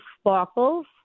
sparkles